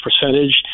percentage